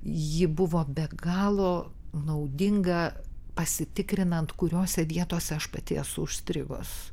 ji buvo be galo naudinga pasitikrinant kuriose vietose aš pati esu užstrigus